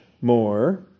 more